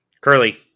curly